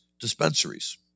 dispensaries